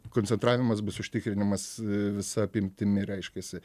koncentravimas bus užtikrinimas visa apimtimi reiškiasi